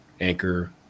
Anchor